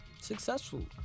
successful